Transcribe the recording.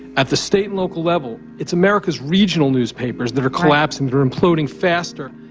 at the state and local level, it's america's regional newspapers that are collapsing. they're imploding faster.